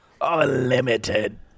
unlimited